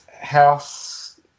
House